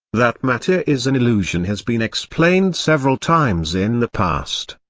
that matter is an illusion has been explained several times in the past.